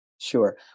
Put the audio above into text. Sure